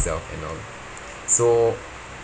self and all so